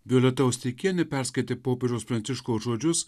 violeta osteikienė perskaitė popiežiaus pranciškaus žodžius